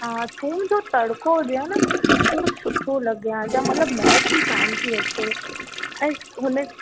हा थूम जो तड़को हुजे आहे न त थोरो सुठो लॻे आहे या मतलबु महिक ई कान पेई अचे ऐं हुन